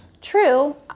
True